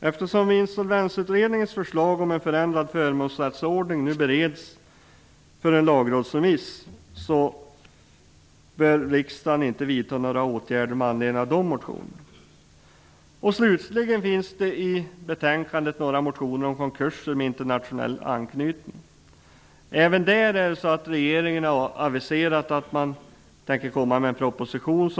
Eftersom Insolvensutredningens förslag om en förändrad förmånsrättsordning nu bereds för en lagrådsremiss bör riksdagen inte vidta några åtgärder med anledning av de motionerna. Slutligen behandlas i betänkandet några motioner om konkurser med internationell anknytning. Även där har regeringen aviserat att man tänker komma med en proposition.